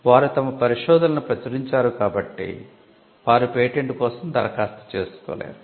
వారు తమ పరిశోధనలను ప్రచురించారు కాబట్టి వారు పేటెంట్ కోసం దరఖాస్తు చేసుకోలేరు